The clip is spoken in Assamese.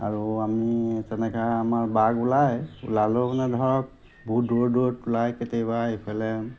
আৰু আমি তেনেকুৱা আমাৰ বাঘ ওলায় ওলালেও মানে ধৰক বহুত দূৰত দূৰত ওলায় কেতিয়াবা এইফালে